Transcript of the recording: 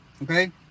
Okay